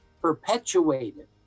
perpetuated